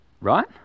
Right